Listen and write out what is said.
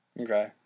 Okay